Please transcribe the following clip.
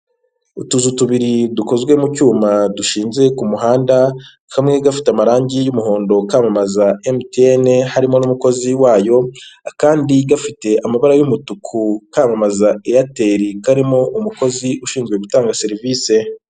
Utuzu tubiri dukozwe mu cyuma dushinze ku muhanda, kamwe gafite amarangi y'umuhondo kamamaza MTN harimo n'umukozi wayo, akandi gafite amabara y'umutuku kamamaza Airtel karimo umukozi ushinzwe gutanga serivisi.